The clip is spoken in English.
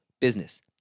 business